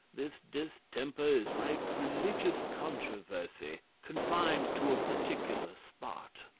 this distemper is like religious controversy, confined to a particular spot.